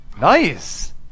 Nice